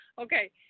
Okay